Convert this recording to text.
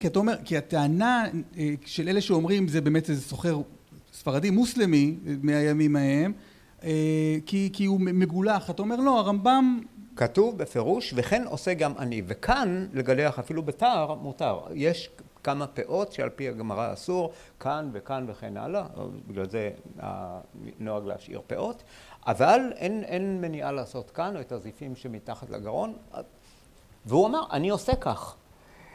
כי אתה אומר, כי הטענה של אלה שאומרים זה באמת איזה סוחר ספרדי מוסלמי מהימים ההם, כי הוא מגולח, אתה אומר לא הרמב״ם, כתוב בפירוש וכן עושה גם אני. וכאן לגלח אפילו בתער מותר, יש כמה פאות שעל פי הגמרא אסור כאן וכאן וכן הלאה. בגלל זה הנוהג להשאיר פאות, אבל אין מניעה לעשות כאן או את הזיפים שמתחת לגרון. והוא אמר אני עושה כך